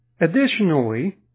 Additionally